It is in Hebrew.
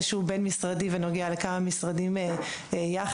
שהוא בין משרדי ונוגע לכמה משרדים יחד.